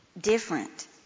different